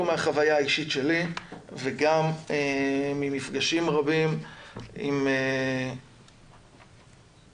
מהחוויה האישית שלי וגם ממפגשים רבים עם נפגעים,